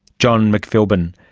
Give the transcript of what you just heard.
john mcphilbin.